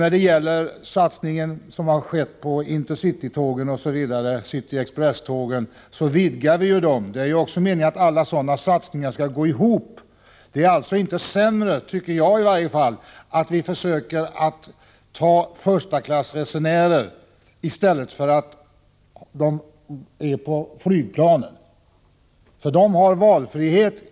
När det gäller den satsning som skett på intercitytågen, Cityexpresstågen, så innebär ju den att vi vidgat möjligheterna. Meningen är att sådana satsningar skall gå ihop ekonomiskt. Det är — det tycker i varje fall jag — inte negativt att vi försöker få fler förstaklasspassagerare till järnvägen i stället för att de tar flyget. De har valfrihet.